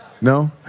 No